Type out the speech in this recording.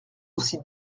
aussi